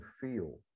feel